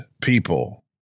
people